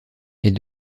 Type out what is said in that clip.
est